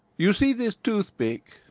you see this toothpick?